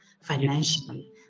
financially